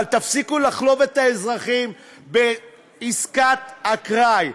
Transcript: אבל תפסיקו לחלוב את האזרחים בעסקת אקראי.